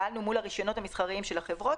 פעלנו מול הרישיונות המסחריים של החברות